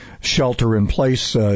shelter-in-place